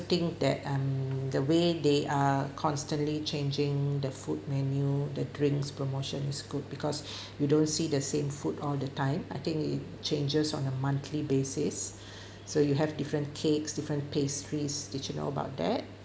think that um the way they are constantly changing the food menu the drinks promotions is good because you don't see the same food all the time I think it changes on a monthly basis so you have different cakes different pastries did you know about that